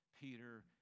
Peter